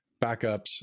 backups